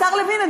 השר לוין,